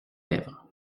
lèvres